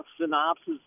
synopsis